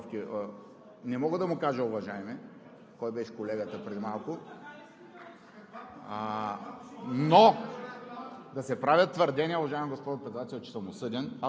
Трябва, естествено, тук да правим малко юридически подготовки. Не мога да му кажа „уважаеми“ – кой беше колегата преди малко,